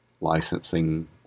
licensing